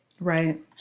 Right